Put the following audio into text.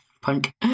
Punk